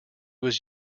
was